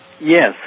Yes